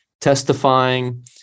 testifying